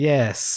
Yes